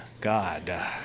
God